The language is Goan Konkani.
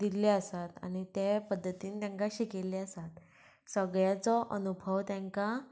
दिल्ले आसात आनी ते पद्दतीन तांकां शिकयल्ले आसात सगळ्याचो अनुभव तांकां